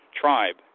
tribe